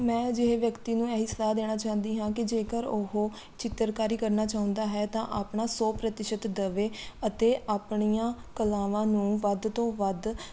ਮੈਂ ਅਜਿਹੇ ਵਿਅਕਤੀ ਨੂੰ ਇਹ ਹੀ ਸਲਾਹ ਦੇਣਾ ਚਾਹੁੰਦੀ ਹਾਂ ਕਿ ਜੇਕਰ ਉਹ ਚਿੱਤਰਕਾਰੀ ਕਰਨਾ ਚਾਹੁੰਦਾ ਹੈ ਤਾਂ ਆਪਣਾ ਸੌ ਪ੍ਰਤੀਸ਼ਤ ਦੇਵੇ ਅਤੇ ਆਪਣੀਆਂ ਕਲਾਵਾਂ ਨੂੰ ਵੱਧ ਤੋਂ ਵੱਧ